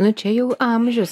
na čia jau amžius